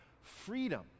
freedom